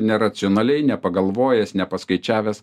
neracionaliai nepagalvojęs nepaskaičiavęs